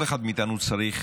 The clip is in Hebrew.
כל אחד מאיתנו צריך